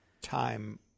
time